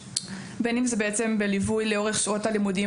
בין אם זה בליווי לאורך שעות הלימודים